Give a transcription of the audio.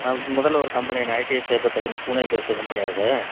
நான் முதல்ல ஒரு கம்பெனி நான் ஐடிஐ சைபர் டெக்குன்னு புனே பேஸ்டு கம்பெனி அது